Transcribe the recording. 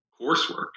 coursework